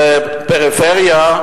ופריפריה,